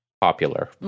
popular